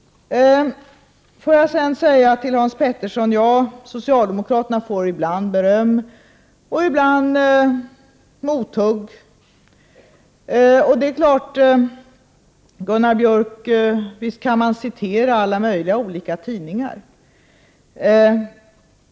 Till Hans Petersson vill jag säga att socialdemokraterna får ibland beröm och ibland mothugg. Och det är klart, Gunnar Björk, att visst kan man citera alla möjliga tidningar.